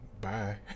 bye